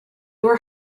were